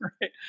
right